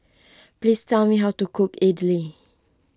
please tell me how to cook Idly